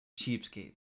cheapskate